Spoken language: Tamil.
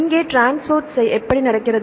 இங்கே டிரான்ஸ்போர்ட் எப்படி நடக்கிறது